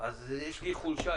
אז יש לי חולשה,